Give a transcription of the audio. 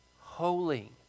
holy